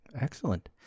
Excellent